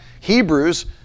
Hebrews